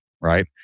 Right